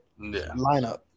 lineup